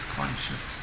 conscious